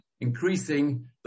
increasing